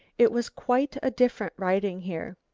it was quite a different writing here.